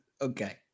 Okay